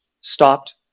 stopped